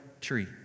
tree